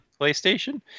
PlayStation